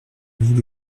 vous